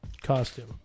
costume